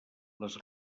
les